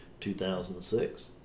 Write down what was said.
2006